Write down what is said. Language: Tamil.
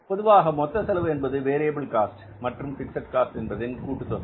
பொதுவாக மொத்த செலவு என்பது வேரியபில் காஸ்ட் மற்றும் பிக்ஸட் காஸ்ட் என்பதன் கூட்டுத்தொகை